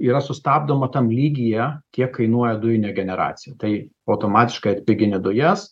yra sustabdoma tam lygyje kiek kainuoja dujų degeneracija tai automatiškai atpigini dujas